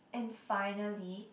and finally